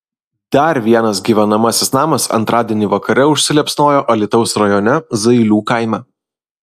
dar vienas gyvenamasis namas antradienį vakare užsiliepsnojo alytaus rajone zailių kaime